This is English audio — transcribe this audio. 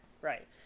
right